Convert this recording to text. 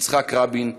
יצחק רבין,